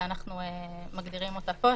ואנחנו מגדירים אותה פה,